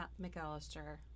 McAllister